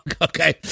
okay